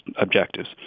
objectives